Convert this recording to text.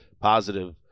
positive